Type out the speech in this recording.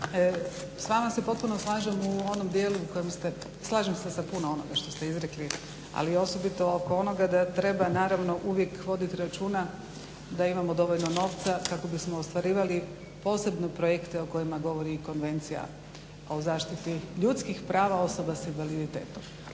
s vama se potpuno slažem u onom dijelu u kojem ste, slažem se sa puno onoga što ste izrekli ali osobito oko onoga da treba naravno uvijek voditi računa da imamo dovoljno novca kako bismo ostvarivali posebne projekte o kojima govori i Konvencija o zaštiti ljudskih prava osobe s invaliditetom.